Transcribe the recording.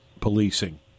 policing